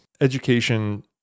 education